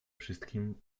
wszystkim